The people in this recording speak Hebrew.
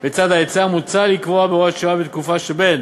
בצד ההיצע, מוצע לקבוע בהוראת שעה לתקופה שבין